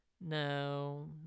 No